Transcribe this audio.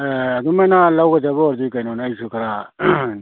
ꯑꯦ ꯑꯗꯨꯃꯥꯏꯅ ꯂꯧꯒꯗꯕ ꯑꯣꯏꯔꯗꯤ ꯀꯩꯅꯣꯅꯦ ꯑꯩꯁꯨ ꯈꯔ